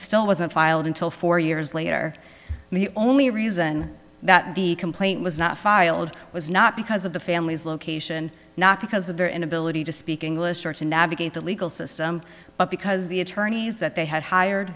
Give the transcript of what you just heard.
still wasn't filed until four years later and the only reason that the complaint was not filed was not because of the family's location not because of their inability to speak english or to navigate the legal system but because the attorneys that they had hired